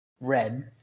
Red